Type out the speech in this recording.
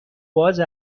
باز